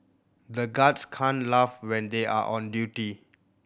the guards can't laugh when they are on duty